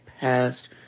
past